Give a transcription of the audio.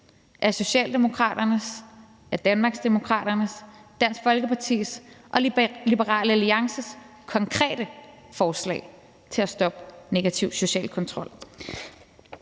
af Socialdemokraternes, af Danmarksdemokraternes, Dansk Folkepartis og Liberal Alliances konkrete forslag til at stoppe negativ social kontrol.